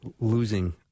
losing